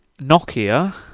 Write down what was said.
Nokia